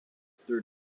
through